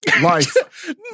life